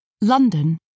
London